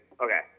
Okay